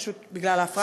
זה פשוט בגלל ההפרעה.